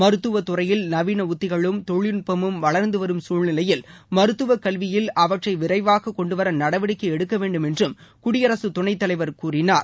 மருத்துவ துறையில் நவீன உத்திகளும் தொழில்நுட்பமும் வளர்ந்து வரும் சூழ்நிலையில் மருத்துவ கல்வியில் அவற்றை விரைவாக கொண்டுவர நடவடிக்கை எடுக்கவேண்டும் என்றும் குடியரசுத் துணைத் தலைவர் கூறினார்